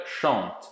chante